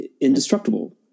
indestructible